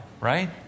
Right